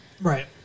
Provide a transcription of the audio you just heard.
Right